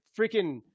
freaking